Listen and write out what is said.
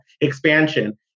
expansion